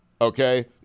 Okay